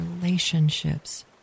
relationships